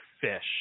fish